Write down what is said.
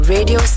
Radio